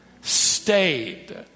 stayed